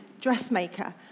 dressmaker